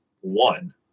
one